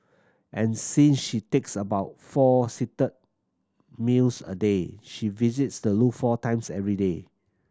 and since she takes about four seated meals a day she visits the loo four times every day